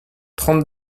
trente